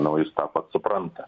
na o jis tą pats supranta